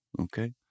Okay